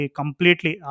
completely